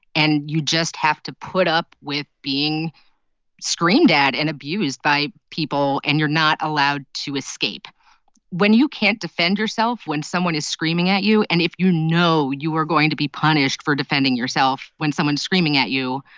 and you just have to put up with being screamed at and abused by people. and you're not allowed to escape when you can't defend yourself, when someone is screaming at you and if you know you were going to be punished for defending yourself when someone's screaming at you,